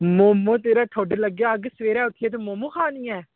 मोमो ते तेरे ठुड्ड लग्गै अग्ग ते सबैह्रे उट्ठियै मोमो खा नी ऐ